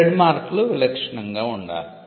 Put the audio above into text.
ట్రేడ్మార్క్లు విలక్షణంగా ఉండాలి